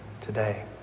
today